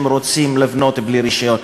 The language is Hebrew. לא בגֵנים שלהם לבנות בלי רישיון.